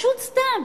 פשוט סתם.